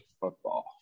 Football